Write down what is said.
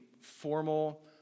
formal